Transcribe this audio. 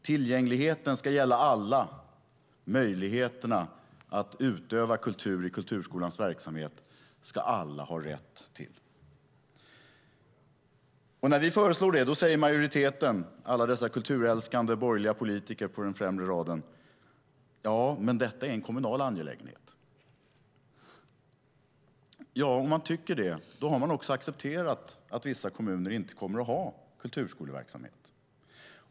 Tillgängligheten ska gälla alla. Möjligheterna att utöva kultur i kulturskolans verksamhet ska alla ha rätt till. När vi föreslår detta säger majoriteten, alla dessa kulturälskande borgerliga politiker på den främre raden, att detta är en kommunal angelägenhet. Om man tycker det har man också accepterat att vissa kommuner inte kommer att ha kulturskoleverksamhet.